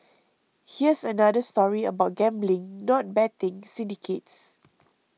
here's another story about gambling not betting syndicates